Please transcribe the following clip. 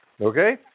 Okay